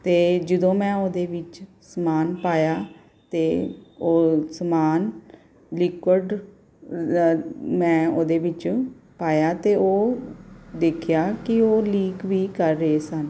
ਅਤੇ ਜਦੋਂ ਮੈਂ ਉਹਦੇ ਵਿੱਚ ਸਮਾਨ ਪਾਇਆ ਅਤੇ ਉਹ ਸਮਾਨ ਲਿਕ਼ੁਆਡ ਮੈਂ ਉਹਦੇ ਵਿੱਚ ਪਾਇਆ ਅਤੇ ਉਹ ਦੇਖਿਆ ਕਿ ਉਹ ਲੀਕ ਵੀ ਕਰ ਰਹੇ ਸਨ